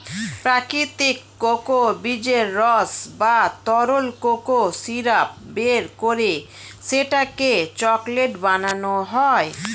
প্রাকৃতিক কোকো বীজের রস বা তরল কোকো সিরাপ বের করে সেটাকে চকলেট বানানো হয়